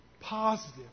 positive